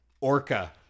Orca